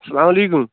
سَلام علیکُم